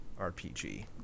rpg